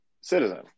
citizen